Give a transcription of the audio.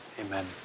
Amen